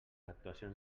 actuacions